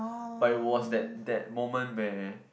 but it was that that moment where